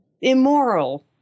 immoral